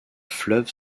fleuve